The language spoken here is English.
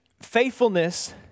Faithfulness